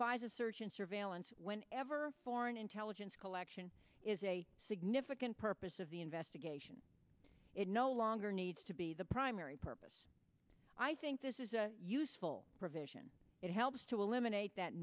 search and surveillance whenever foreign intelligence collection is a significant purpose of the investigation it no longer needs to be the primary purpose i think this is a useful provision it helps to eliminate that